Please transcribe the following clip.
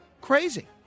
crazy